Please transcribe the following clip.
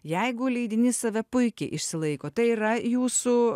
jeigu leidinys save puikiai išsilaiko tai yra jūsų